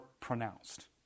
pronounced